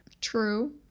true